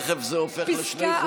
תכף זה הופך לשני חוקים.